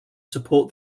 support